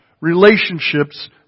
relationships